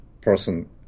person